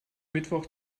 mittwoch